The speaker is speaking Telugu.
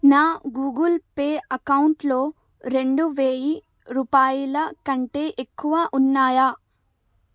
నా గూగుల్ పే అకౌంట్లో రెండు వేల రూపాయలు కంటే ఎక్కువ ఉన్నాయా